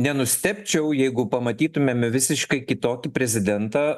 nenustebčiau jeigu pamatytumėme visiškai kitokį prezidentą